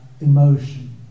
emotion